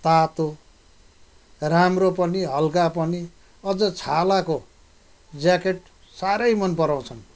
तातो राम्रो पनि हल्का पनि अझ छालाको ज्याकेट साह्रै मन पराउँछन्